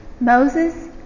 Moses